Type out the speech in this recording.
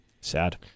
Sad